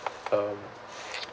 um